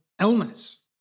illness